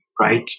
right